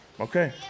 Okay